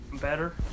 better